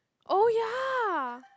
oh ya